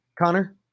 Connor